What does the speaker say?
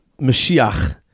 Mashiach